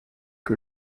que